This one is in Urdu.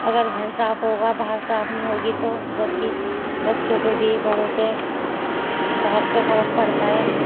اگر گھر صاف ہوگا باہر صاف نہیں ہوگی تو جب بھی بچوں پہ بھی بڑوں پہ صحت پہ فرق پڑتا ہے